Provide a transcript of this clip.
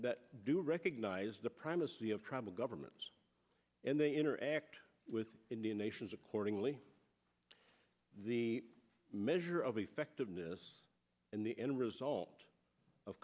that do recognize the primacy of tribal governments and they interact with indian nations accordingly the measure of effectiveness and the end result of